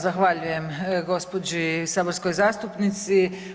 Zahvaljujem gospođi saborskoj zastupnici.